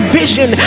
vision